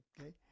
Okay